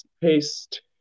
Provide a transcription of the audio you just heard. paste